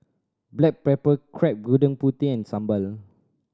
black pepper crab Gudeg Putih and sambal